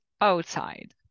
outside